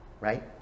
right